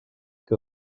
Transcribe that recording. que